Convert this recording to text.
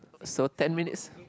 so ten minutes